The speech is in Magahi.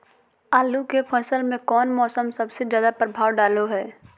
आलू के फसल में कौन मौसम सबसे ज्यादा प्रभाव डालो हय?